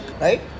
right